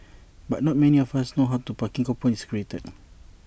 but not many of us know how the parking coupon is created